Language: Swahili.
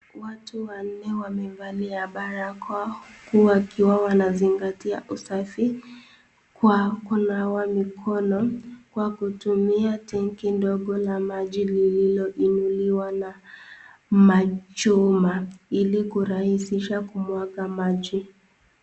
Watu wanne wamevalia barakoa wakiwa wanazingatia usafi kwa kunawa mikono, kwa kutumia tangi ndogo lililo inuliwa na chuma kurahisisha kumwanga maji.